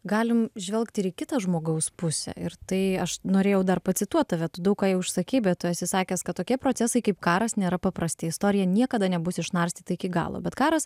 galim žvelgt ir į kitą žmogaus pusę ir tai aš norėjau dar pacituot tave tu daug ką jau užsakei be tu esi sakęs kad tokie procesai kaip karas nėra paprasti istorija niekada nebus išnarstyta iki galo bet karas